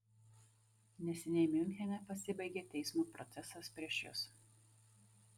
neseniai miunchene pasibaigė teismo procesas prieš jus